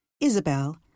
Isabel